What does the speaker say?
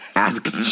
Ask